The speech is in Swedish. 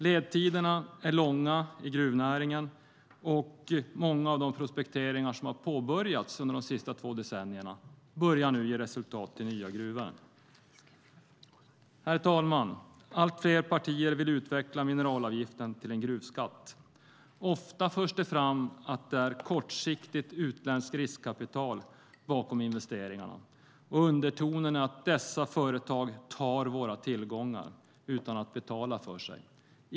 Ledtiderna är långa i gruvnäringen. Många av de prospekteringar som har påbörjats under de senaste två decennierna börjar nu ge resultat i nya gruvor. Herr talman! Allt fler partier vill utveckla mineralavgiften till en gruvskatt. Ofta förs det fram att det är kortsiktigt utländskt riskkapital bakom investeringarna, och undertonen är att dessa företag tar "våra tillgångar" utan att betala för sig.